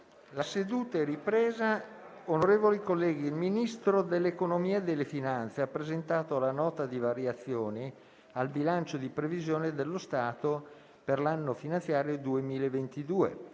una nuova finestra") Onorevoli colleghi, il Ministro dell'economia e delle finanze ha presentato la Nota di variazioni al bilancio di previsione dello Stato per l'anno finanziario 2022